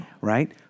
Right